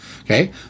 Okay